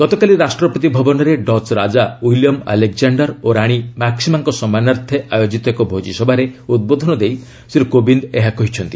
ଗତକାଲି ରାଷ୍ଟ୍ରପତି ଭବନରେ ଡଚ୍ ରାଜା ୱିଲିୟମ ଆଲେକଜାଷ୍ଠାର ଓ ରାଣୀ ମାକ୍ୱିମାଙ୍କ ସମ୍ମାନାର୍ଥେ ଆୟୋଜିତ ଏକ ଭୋଜିସଭାରେ ଉଦ୍ବୋଧନ ଦେଇ ଶ୍ରୀ କୋବିନ୍ଦ ଏହା କହିଛନ୍ତି